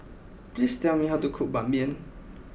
please tell me how to cook Ban Mian